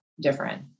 different